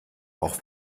auch